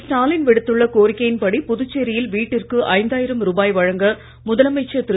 ஸ்டாலின் விடுத்துள்ள கோரிக்கையின்படி புதுச்சேரியில் வீட்டிற்கு ஐந்தாயிரம் ரூபாய் வழங்க முதலமைச்சர் திரு